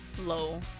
low